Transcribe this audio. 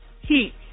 heat